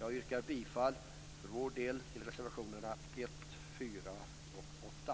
Jag yrkar för Folkpartiets del bifall till reservationerna 1, 4 och 8.